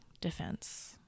defense